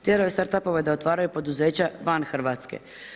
Tjeraju startup-ove da otvaraju poduzeća van Hrvatske.